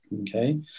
Okay